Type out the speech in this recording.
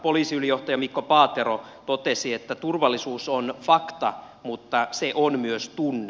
poliisiylijohtaja mikko paatero totesi että turvallisuus on fakta mutta se on myös tunne